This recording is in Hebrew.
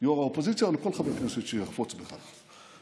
ליו"ר האופוזיציה או לכל חבר כנסת שיחפוץ בכך.